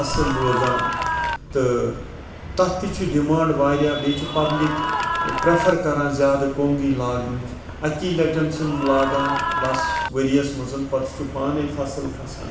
اصل روزان تہٕ تَتھ تہِ چھِ ڈِمانٛڈ واریاہ بیٚیہِ چھ پَبلِک پریٚفَر کَران زیادٕ کوٚنٛگٕے لاگنٕچ اَکے لَٹہِ چھِ یِم لاگان بَس ؤرۍ یَس مَنٛز پَتہٕ چھُ پانے فَصل کھَسان